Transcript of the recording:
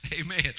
Amen